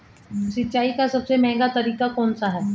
सिंचाई का सबसे महंगा तरीका कौन सा है?